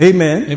Amen